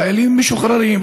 חיילים משוחררים,